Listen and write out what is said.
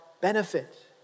benefit